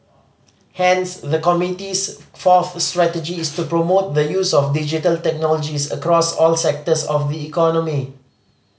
hence the committee's fourth strategy is to promote the use of Digital Technologies across all sectors of the economy